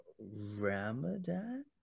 ramadan